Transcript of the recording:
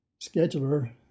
scheduler